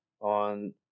on